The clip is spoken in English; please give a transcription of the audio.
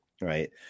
Right